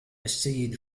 السيد